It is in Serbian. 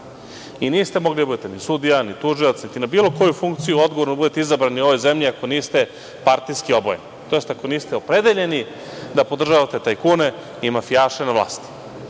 niste mogli da budete ni sudija, ni tužilac, niti na bilo koju funkciju odgovornu da budete izabrani u ovoj zemlji ako niste partijski obojeni, tj. ako niste opredeljeni da podržavate tajkune i mafijaše na vlasti. To